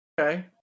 Okay